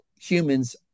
humans